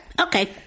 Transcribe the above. Okay